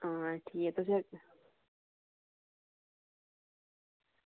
आं ठीक ऐ तुसें